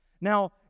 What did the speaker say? Now